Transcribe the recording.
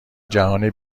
جهان